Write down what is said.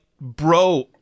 bro